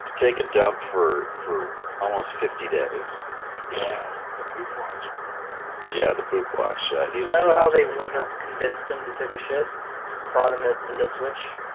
take? a dump for for almost fifty days yes the poop watch yeah, the poop watch. he's no and ah they would've convinced him to take a shit bottom it into switch